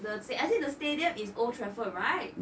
the I say the stadium is old trafford right